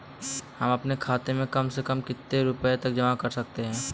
हम अपने खाते में कम से कम कितने रुपये तक जमा कर सकते हैं?